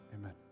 Amen